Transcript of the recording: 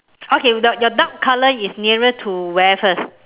okay your dark dark color is nearer to where first